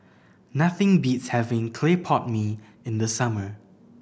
nothing beats having clay pot mee in the summer